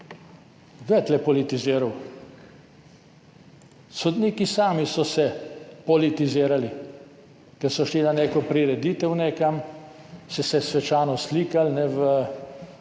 je tu politiziral? Sodniki sami so se politizirali, ker so šli na neko prireditev nekam, so se svečano slikali v